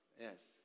Yes